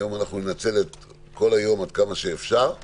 היום ננצל את כל היום כדי להתקדם.